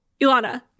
Ilana